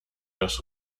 das